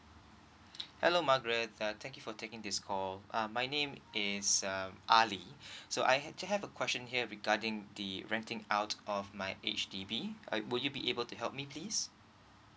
hello margaret uh thank you for taking this call uh my name is um ali so I had actually have a question here regarding the renting out of my H_D_B uh would you be able to help me please